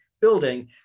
building